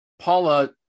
Paula